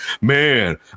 man